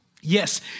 Yes